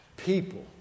people